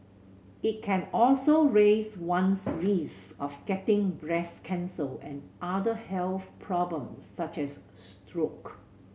it can also raise one's risk of getting breast cancer and other health problems such as stroke